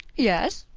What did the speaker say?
yes,